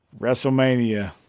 WrestleMania